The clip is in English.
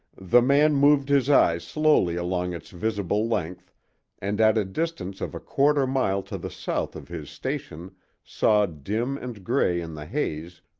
the man moved his eyes slowly along its visible length and at a distance of a quarter-mile to the south of his station saw, dim and gray in the haze,